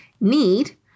need